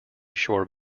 shore